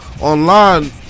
online